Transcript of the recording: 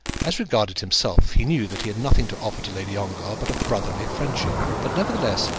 as regarded himself, he knew that he had nothing to offer to lady ongar but a brotherly friendship but, nevertheless,